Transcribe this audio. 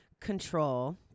control